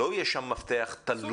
לא יהיה שם מפתח תלוי.